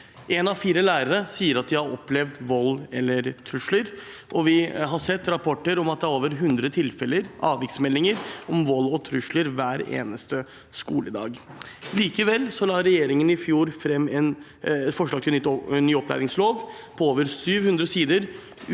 Én av fire lærere sier at de har opplevd vold eller trusler, og vi har sett rapporter om at det er over 100 avviksmeldinger om vold og trusler hver eneste skoledag. Likevel la regjeringen i fjor fram forslag til ny opplæringslov på over 700 sider